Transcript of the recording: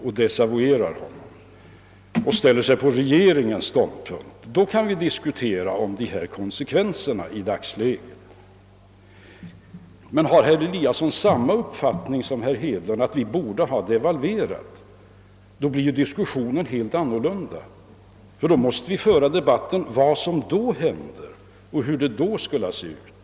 desavuerar honom och ställer sig på regeringens ståndpunkt, då kan vi diskutera de konsekvenser som i dagsläget uppstått av devalveringen. Men om herr Eliasson har samma uppfattning som herr Hedlund, att Sverige borde ha devalverat, då blir diskussionen helt annorlunda. Då måste vi föra debatten med utgångspunkt från vad som i ett sådant fall skulle ha hänt och hur det sedan skulle ha sett ut.